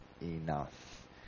enough